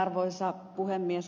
arvoisa puhemies